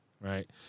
right